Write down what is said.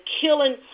Killing